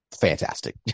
Fantastic